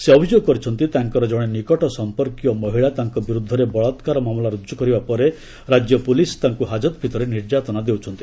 ସେ ଅଭିଯୋଗ କରିଛନ୍ତି ତାଙ୍କର ଜଣେ ନିକଟ ସମ୍ପର୍କୀୟ ମହିଳା ତାଙ୍କ ବିରୁଦ୍ଧରେ ବଳାକାର ମାମଲା ରୁଜୁ କରିବା ପରେ ରାଜ୍ୟ ପୁଲିସ ତାଙ୍କୁ ହାକତଭିତରେ ନିର୍ଯ୍ୟାତନା ଦେଉଛନ୍ତି